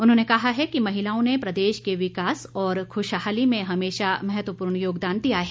उन्होंने कहा है कि महिलाओं ने प्रदेश के विकास और खुशहाली में हमेशा महत्वपूर्ण योगदान दिया है